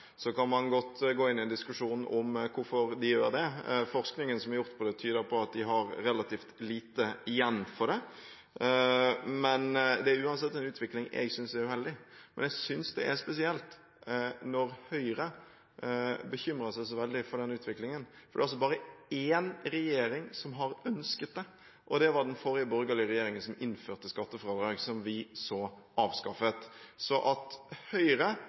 Så kan man godt gå inn i en diskusjon om hvorfor de gjør det. Forskningen som er gjort på det, tyder på at de har relativt lite igjen for det, men det er uansett en utvikling jeg synes er uheldig. Og jeg synes det er spesielt når Høyre bekymrer seg så veldig for den utviklingen, for det er bare én regjering som har ønsket det, og det var den forrige borgerlige regjeringen – som innførte skattefradrag, som vi så avskaffet. Så det at Høyre